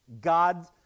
God